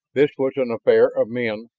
this was an affair of men,